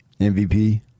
MVP